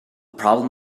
problem